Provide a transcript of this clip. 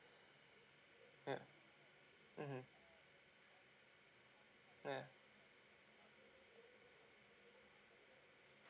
yeah mmhmm yeah